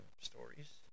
stories